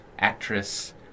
actress